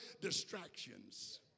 Distractions